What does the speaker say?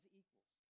equals